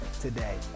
today